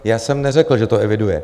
Já jsem neřekl, že to eviduje.